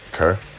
okay